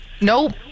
nope